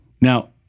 Now